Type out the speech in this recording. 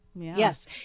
Yes